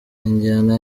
injyana